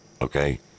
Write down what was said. okay